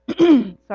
Sorry